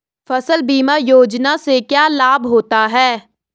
फसल बीमा योजना से क्या लाभ होता है?